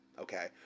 okay